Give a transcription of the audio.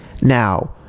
Now